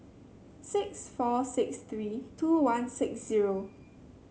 six four six three two one six zero